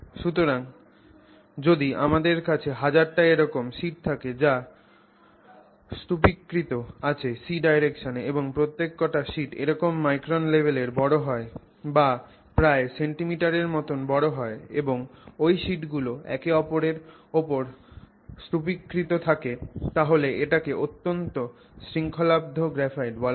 সুতরাং যদি আমাদের কাছে 1000 টা এরকম শিট থাকে যা স্তুপীকৃত আছে c ডাইরেকশনে এবং প্রত্যেকটা শিট এরম মাইক্রন লেভেলের বড় হয় বা প্রায় সেনটিমিটার এর মতন বড় হয় এবং ওই শিট গুলো একে অপরের উপর স্তুপীকৃত থাকে তাহলে এটাকে অত্যন্ত শৃঙ্খলাবদ্ধ গ্রাফাইট বলা হয়